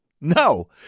no